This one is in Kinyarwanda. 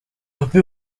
bobi